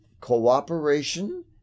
cooperation